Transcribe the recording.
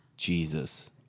Jesus